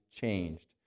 changed